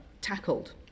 tackled